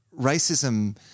racism